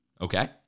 Okay